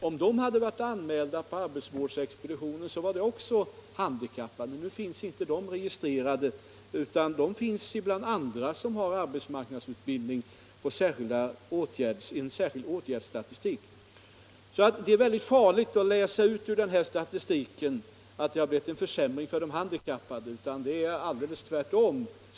Om de hade varit anmälda på arbetsvårdsexpeditionen så var de också handikappade. Men nu finrs de inte registrerade, utan de finns bland andra som får arbetsmarknadsutbildning i en särskild åtgärdsstatistik. Det är mycket farligt att ur den här statistiken läsa ut att det har blivit en försämring för de handikappade; det är alldeles tvärtom.